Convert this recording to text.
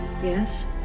Yes